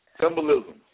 Symbolism